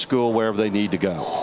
school, whenever they need to go.